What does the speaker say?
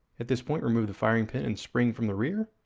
at this point remove the firing pin and spring from the rear,